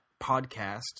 podcast